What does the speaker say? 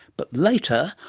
but later,